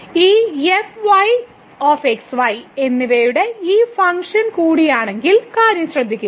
ഈ x y എന്നിവയുടെ ഒരു ഫംഗ്ഷൻ കൂടിയാണെന്ന കാര്യം ശ്രദ്ധിക്കുക